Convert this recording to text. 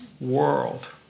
world